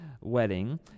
wedding